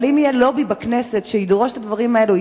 אבל אם יהיה לובי בכנסת שידרוש את הדברים האלה,